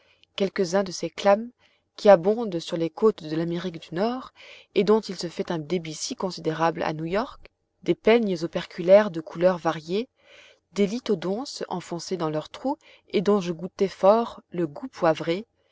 quelques-uns de ces clams qui abondent sur les côtes de l'amérique du nord et dont il se fait un débit si considérable à new york des peignes operculaires de couleurs variées des lithodonces enfoncées dans leurs trous et dont je goûtais fort le goût poivré